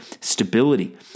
stability